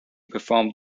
performed